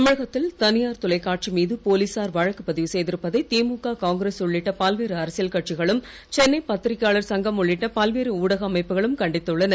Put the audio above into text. தமிழகத்தில் தனியார் தொலைக்காட்சி மீது போலீசார் வழக்கு பதிவு செய்திருப்பதை திழுக காங்கிரஸ் உள்ளிட்ட பல்வேறு அரசியல் கட்சிகளும் சென்னை பத்திரிகையாளர் சங்கம் உள்ளிட்ட பல்வேறு ஊடக அமைப்புகளும் கண்டித்துள்ளன